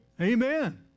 Amen